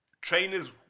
trainers